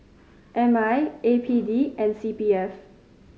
M I A P D and C P F